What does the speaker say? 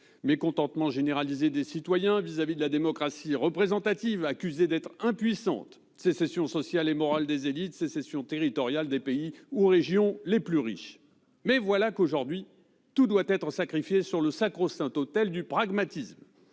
mécontentement généralisé des citoyens vis-à-vis de la démocratie représentative, accusée d'être impuissante ; sécession sociale et morale des élites ; sécession territoriale des pays ou régions les plus riches. Mais voilà qu'aujourd'hui tout doit être sacrifié sur l'autel du sacro-saint pragmatisme